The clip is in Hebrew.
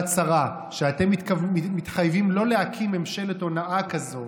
צרה כשאתם מתחייבים לא להקים ממשלת הונאה כזו